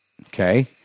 Okay